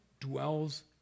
Dwells